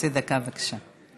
חצי דקה, בבקשה.